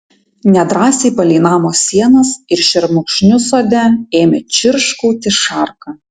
nedrąsiai palei namo sienas ir šermukšnius sode ėmė čirškauti šarka